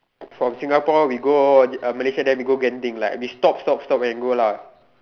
from Singapore we go uh Malaysia then we go Genting like we stop stop stop and then go lah